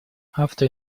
after